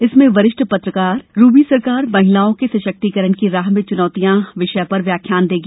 इसमें वरिष्ठ महिला पत्रकार रूबी सरकार महिलाओं के सशक्तिकरण की राह में चुनौतियां के विषय पर व्याख्यान देंगी